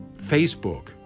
Facebook